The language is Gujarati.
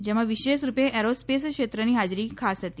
જેમાં વિશેષ રૂપે એરોસ્પેસ ક્ષેત્રની હાજરી ખાસ હતી